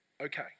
okay